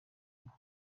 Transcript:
n’ubu